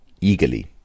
Eagerly